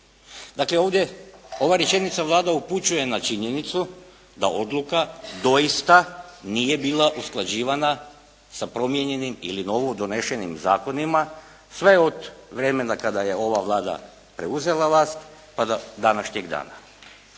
Dakle, ovdje ova rečenica Vlada upućuje na činjenicu da odluka doista nije bila usklađivana sa promijenjenim ili novo donesenim zakonima sve od vremena kada je ova Vlada preuzela vlast pa do današnjeg dana.